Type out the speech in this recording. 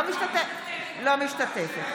לא משתתפת.